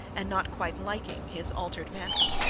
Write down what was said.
and not quite liking his altered manner.